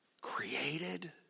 created